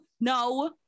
no